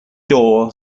door